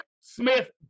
Smith